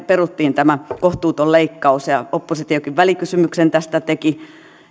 peruttiin tämä kohtuuton leikkaus oppositiokin teki välikysymyksen tästä